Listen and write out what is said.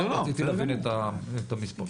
רציתי להבין את המספרים.